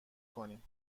کنین